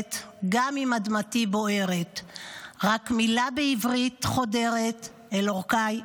אחרת / גם אם אדמתי בוערת / רק מילה בעברית חודרת / אל עורקיי,